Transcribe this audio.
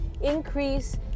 increase